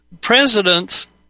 presidents